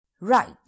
Right